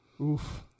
oof